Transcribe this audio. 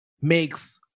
makes